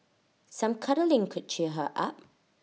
some cuddling could cheer her up